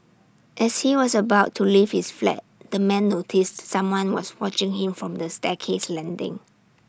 as he was about to leave his flat the man noticed someone was watching him from the staircase landing